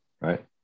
right